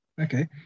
Okay